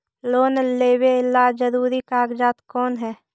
Loan लेब ला जरूरी कागजात कोन है?